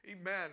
Amen